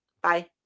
Bye